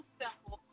simple